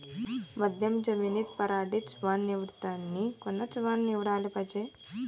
मध्यम जमीनीत पराटीचं वान निवडतानी कोनचं वान निवडाले पायजे?